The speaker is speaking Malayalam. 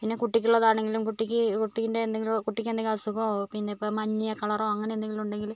പിന്നെ കുട്ടിക്ക് ഉള്ളത് ആണെങ്കിലും കുട്ടിക്ക് കുട്ടീൻ്റെ കുട്ടിക്ക് എന്തെങ്കിലും അസുഖമോ പിന്നെ ഇപ്പം മഞ്ഞ കളറോ അങ്ങനെ എന്തെങ്കിലും ഉണ്ടെങ്കിൽ